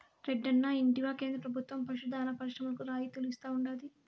రెడ్డన్నా ఇంటివా కేంద్ర ప్రభుత్వం పశు దాణా పరిశ్రమలకు రాయితీలు ఇస్తా ఉండాది